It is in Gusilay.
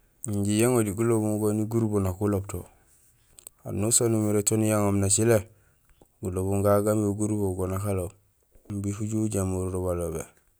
Injé yaŋoli gulobum goni gurubo nak uloob to. Anusaan umiré to niyaŋoom nucilé, gulobum gagu gaamé gurubo nak aloob imbi uju ujamoor do balobé